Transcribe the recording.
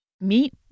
Meet